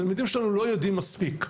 תלמידים שלנו לא יודעים מספיק,